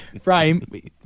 Frame